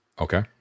okay